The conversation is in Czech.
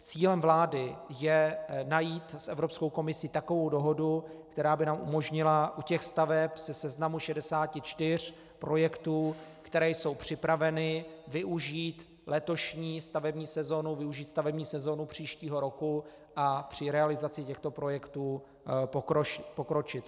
Cílem vlády je najít s Evropskou komisí takovou dohodu, která by nám umožnila u těch staveb ze seznamu 64 projektů, které jsou připraveny, využít letošní stavební sezonu, využít stavební sezonu příštího roku a při realizaci těchto projektu pokročit.